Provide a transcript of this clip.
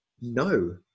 no